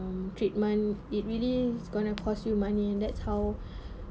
um treatment it really going to cost you money and that's how